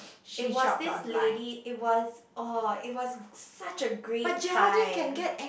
it was this lady it was oh it was such a great find